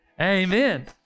amen